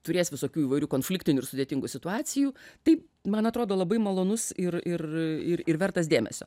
turės visokių įvairių konfliktinių ir sudėtingų situacijų tai man atrodo labai malonus ir ir ir ir vertas dėmesio